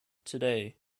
today